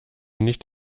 nicht